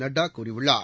நட்டாகூறியுள்ளார்